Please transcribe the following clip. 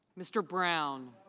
mr. brown.